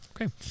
Okay